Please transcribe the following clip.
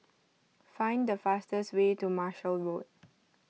find the fastest way to Marshall Road